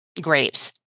grapes